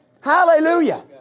Hallelujah